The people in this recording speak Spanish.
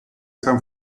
san